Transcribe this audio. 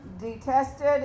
detested